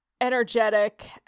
energetic